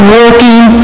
working